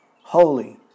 holy